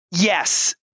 yes